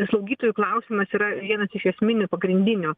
slaugytojų klausimas yra vienas iš esminių pagrindinių